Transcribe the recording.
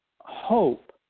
hope